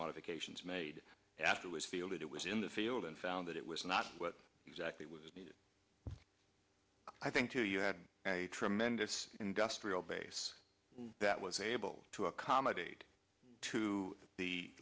modifications made afterwards feel that it was in the field and found that it was not what exactly was needed i think two you had a tremendous industrial base that was able to accommodate to the